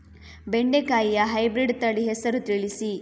ಬೆಂಡೆಕಾಯಿಯ ಹೈಬ್ರಿಡ್ ತಳಿ ಹೆಸರು ತಿಳಿಸಿ?